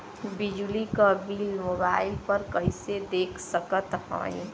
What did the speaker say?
बिजली क bill mobile पर कईसे देख सकत हई?